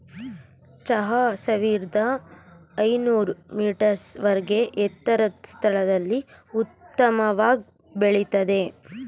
ಚಹಾ ಸಾವಿರ್ದ ಐನೂರ್ ಮೀಟರ್ಸ್ ವರ್ಗೆ ಎತ್ತರದ್ ಸ್ಥಳದಲ್ಲಿ ಉತ್ತಮವಾಗ್ ಬೆಳಿತದೆ